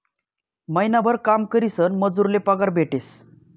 महिनाभर काम करीसन मजूर ले पगार भेटेस